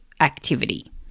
activity